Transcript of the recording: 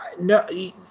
no